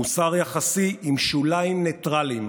מוסר יחסי עם שוליים ניטרליים